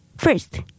First